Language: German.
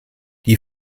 die